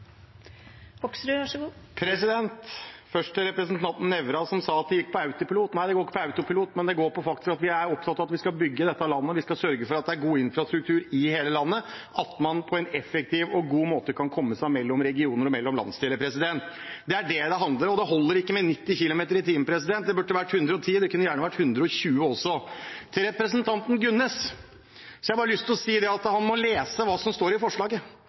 opptatt av at vi skal bygge dette landet. Vi skal sørge for at det er god infrastruktur i hele landet, og at man på en god og effektiv måte kan komme seg mellom regioner og landsdeler. Det er det det handler om. Det holder ikke med 90 km i timen. Det burde vært 110 – det kunne gjerne vært 120 også. Til representanten Gunnes har jeg lyst til å si at han må lese hva som står i forslaget.